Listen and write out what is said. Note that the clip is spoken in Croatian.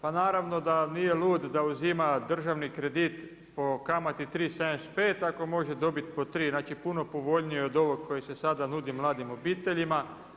Pa naravno da nije lud da uzima državni kredit po kamati 3,75 ako može dobiti po 3, znači puno povoljnijoj od ovog koji se sada nudi mladim obiteljima.